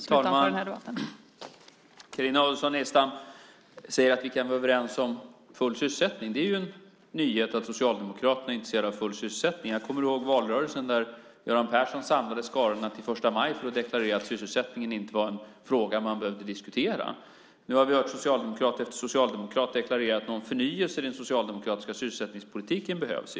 Fru talman! Carina Adolfsson Elgestam säger att vi kan vara överens om full sysselsättning. Det är en nyhet att Socialdemokraterna är intresserade av full sysselsättning. Jag kommer ihåg valrörelsen. Göran Persson samlade skarorna på första maj för att deklarera att sysselsättningen inte var en fråga man behövde diskutera. Här har vi hört socialdemokrat efter socialdemokrat deklarera att någon förnyelse av den socialdemokratiska sysselsättningspolitiken inte behövs.